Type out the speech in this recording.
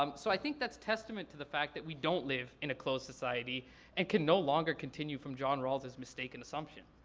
um so i think that's testament to the fact that we don't live in a closed society and can no longer continue from john rawles' mistake in assumption.